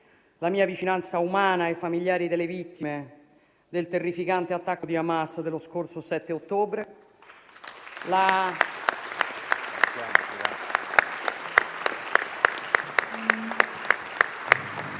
la mia vicinanza umana ai familiari delle vittime del terrificante attacco di Hamas dello scorso 7 ottobre